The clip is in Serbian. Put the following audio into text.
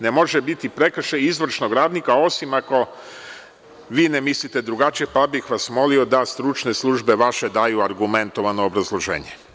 Ne može biti prekršaj izvršnog radnika, osim ako vi ne mislite drugačije, pa bih vas molio da vaše stručne službe daju argumentovano obrazloženje.